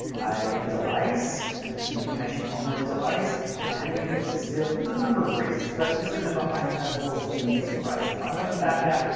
the delays and the communication on those delays, titanium versus steel. there's a number of reasons, but just remember i have no horse in this race. i'm not a backer.